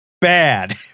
Bad